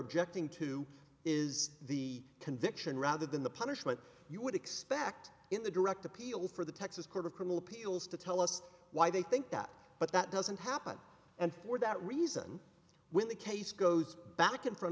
objecting to is the conviction rather than the punishment you would expect in the direct appeal for the texas court of criminal appeals to tell us why they think that but that doesn't happen and for that reason when the case goes back in front